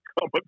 come